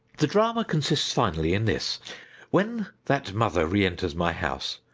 the drama consists finally in this when that mother re-enters my house,